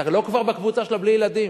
אתה כבר לא בקבוצה של ה"בלי ילדים".